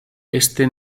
este